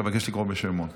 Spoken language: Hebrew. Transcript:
אבקש לקרוא בשמות.